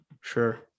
sure